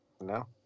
No